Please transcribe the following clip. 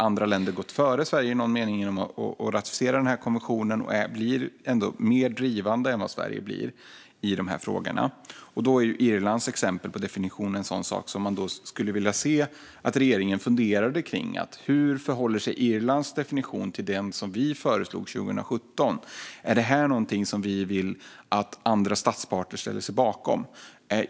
Nu har andra länder gått före Sverige i någon mening genom att ratificera konventionen, och de blir mer drivande än vad Sverige blir i de här frågorna. Irlands exempel på definition är en sådan sak som man skulle vilja se att regeringen funderade på: Hur förhåller sig Irlands definition till den som vi föreslog 2017? Är det här någonting som vi vill att andra statsparter ställer sig bakom?